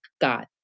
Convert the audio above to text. got